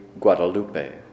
Guadalupe